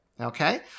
Okay